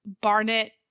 Barnett